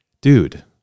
dude